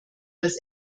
das